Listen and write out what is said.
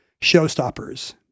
showstoppers